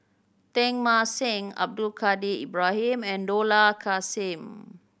Teng Mah Seng Abdul Kadir Ibrahim and Dollah Kassim